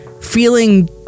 feeling